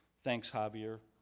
thanks, javier,